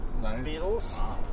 Beatles